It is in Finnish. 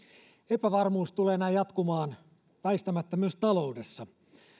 epävarmuus tulee näin jatkumaan väistämättä myös taloudessa